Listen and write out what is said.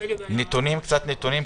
קצת נתונים.